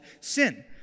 sin